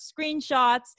screenshots